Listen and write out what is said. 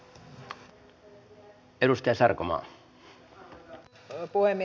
arvoisa puhemies